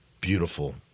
beautiful